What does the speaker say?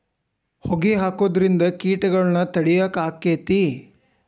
ಹೊಗಿ ಹಾಕುದ್ರಿಂದ ಕೇಟಗೊಳ್ನ ತಡಿಯಾಕ ಆಕ್ಕೆತಿ?